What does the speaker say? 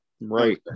Right